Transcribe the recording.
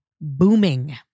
booming